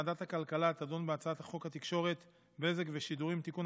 ועדת הכלכלה תדון בהצעת החוק התקשורת (בזק ושידורים) (תיקון,